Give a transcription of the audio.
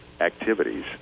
activities